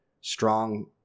strong